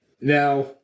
Now